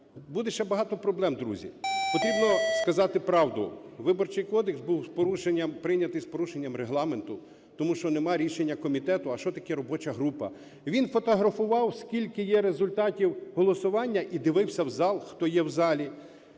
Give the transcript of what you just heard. Буде ще багато проблем, друзі. Потрібно сказати правду. Виборчий кодекс був з порушенням, прийнятий з порушенням Регламенту. Тому що немає рішення комітету. А що таке робоча група? Він фотографував, скільки є результатів голосування, і дивився в зал, хто є в залі,